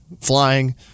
flying